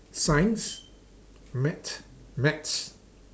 science maths maths